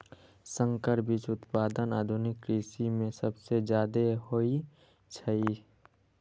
संकर बीज उत्पादन आधुनिक कृषि में सबसे जादे होई छई